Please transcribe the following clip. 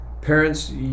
Parents